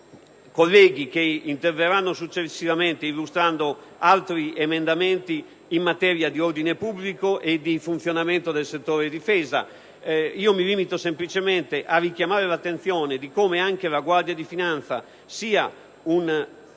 colleghi interverranno successivamente illustrando altri emendamenti in materia di ordine pubblico e di funzionamento del settore difesa. Mi limito semplicemente a richiamare l'attenzione sul fatto che anche la Guardia di finanza